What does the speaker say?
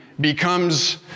becomes